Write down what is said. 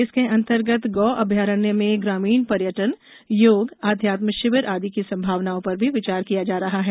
इसके अंतर्गत गो अभ्यारण्य में ग्रामीण पर्यटन योग अध्यात्म शिविर आदि की संभावनाओं पर भी विचार किया जा रहा है